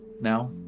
now